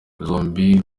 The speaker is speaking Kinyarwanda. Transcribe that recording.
zombi